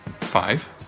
Five